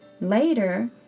Later